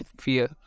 fear